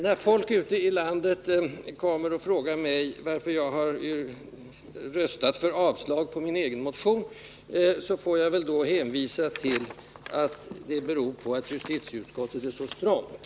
När folk ute i landet kommer och frågar mig varför jag har röstat för avslag på min egen motion får jag väl hänvisa till att det beror på att justitieutskottet är så stramt.